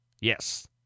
Yes